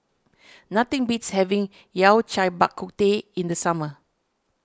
nothing beats having Yao Cai Bak Kut Teh in the summer